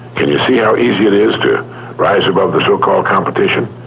can you see how easy it is to rise above the so-called competition?